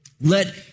Let